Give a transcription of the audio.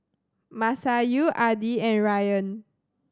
Masayu Adi and Ryan